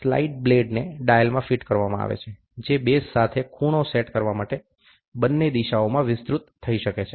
slide બ્લેડને ડાયલમાં fit કરવામાં આવે છે જે બેઝ સાથે ખૂણો સેટ કરવા માટે બંને દિશાઓમાં વિસ્તૃત થઈ શકે છે